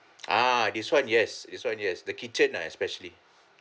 ah this one yes this one yes the kitchen lah especially